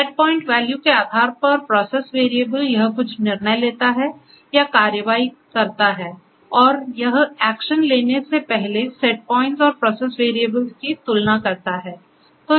set point value के आधार पर प्रोसेस वेरिएबल यह कुछ निर्णय लेता है या कार्रवाई करता है और यह एक्शन लेने से पहले सेट पॉइंट्स और प्रोसेस वेरिएबल्स की तुलना करता है